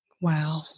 Wow